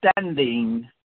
standing